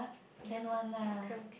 can one lah